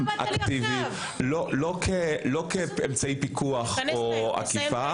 לא כאמצעי פיקוח או אכיפה,